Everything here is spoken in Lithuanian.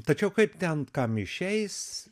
tačiau kaip ten kam išeis